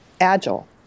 Agile